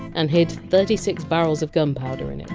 and hid thirty six barrels of gunpowder in it.